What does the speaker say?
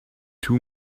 two